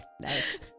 Nice